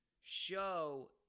show